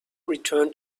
returned